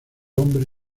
hombre